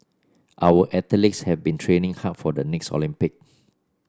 our athletes have been training hard for the next Olympic